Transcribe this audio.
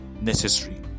necessary